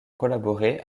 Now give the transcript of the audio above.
collaboré